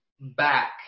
back